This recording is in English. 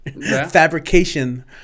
fabrication